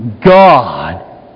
God